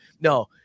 no